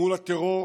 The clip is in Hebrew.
מול הטרור